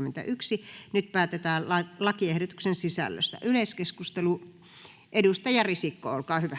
vp. Nyt päätetään lakiehdotuksen sisällöstä. — Yleiskeskustelu, edustaja Puisto, olkaa hyvä.